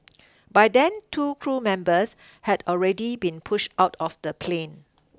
by then two crew members had already been push out of the plane